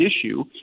issue